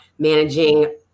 managing